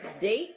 date